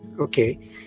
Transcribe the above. Okay